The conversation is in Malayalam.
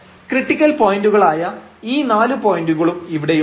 ക്രിട്ടിക്കൽ പോയന്റുകളായ ഈ 4 പോയന്റുകളും ഇവിടെയുണ്ട്